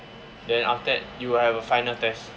then after that you'll have a final test